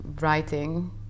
writing